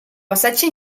passatge